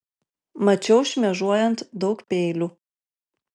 mačiau šmėžuojant daug peilių